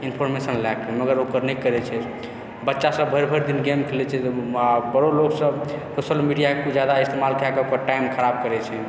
information लए कऽ मगर ओकर ओ नहि करैत छै बच्चासभ भरि भरि दिन गेम खेलैत छै आ बड़ो लोकसभ सोशल मीडियाके ज्यादा इस्तेमाल कए कऽ ओकर टाइम खराब करैत छै